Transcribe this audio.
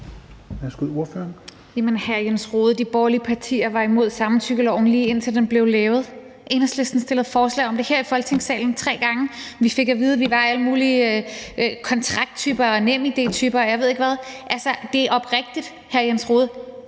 hr. Jens Rohde, de borgerlige partier var imod samtykkeloven, lige indtil den blev lavet. Enhedslisten fremsatte forslag om det her i Folketingssalen tre gange, og vi fik at vide, at vi var kontrakttyper, NemID-typer, og jeg ved ikke